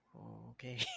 okay